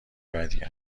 بدیم